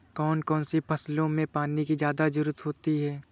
कौन कौन सी फसलों में पानी की ज्यादा ज़रुरत होती है?